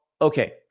okay